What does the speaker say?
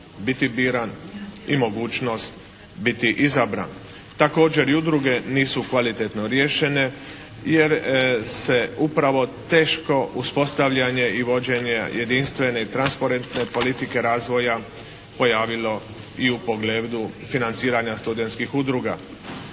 biti biran i mogućnost i biti izabran. Također i udruge nisu kvalitetno riješene jer se upravo teško uspostavljanje i vođenje jedinstvene i transparentne politike razvoja pojavilo i u pogledu financiranja studenskih udruga.